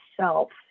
self